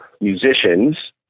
musicians